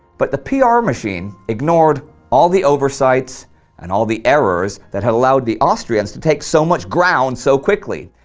but the ah pr machine ignored all the oversights and all the errors that had allowed the austrians to take so much ground so quickly,